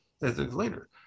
later